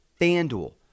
FanDuel